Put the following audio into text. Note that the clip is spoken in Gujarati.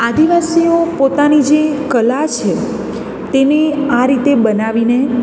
આદિવાસીઓ પોતાની જે કલા છે તેને આ રીતે બનાવીને